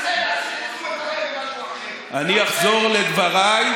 אני אחזור לדבריי,